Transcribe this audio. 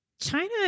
China